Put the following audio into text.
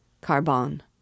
Carbon